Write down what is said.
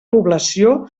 població